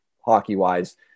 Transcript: hockey-wise